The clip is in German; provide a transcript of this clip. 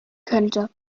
könnte